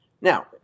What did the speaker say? Now